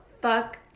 fuck